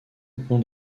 point